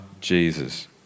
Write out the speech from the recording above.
Jesus